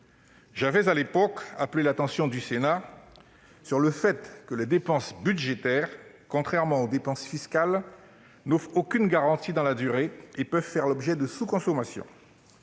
J'avais appelé l'attention du Sénat, à l'époque, sur le fait que les dépenses budgétaires, contrairement aux dépenses fiscales, n'offrent aucune garantie dans la durée et peuvent faire l'objet de sous-consommation.